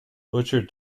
boucher